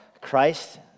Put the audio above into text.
Christ